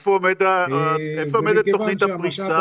איפה עומדת תוכנית הפריסה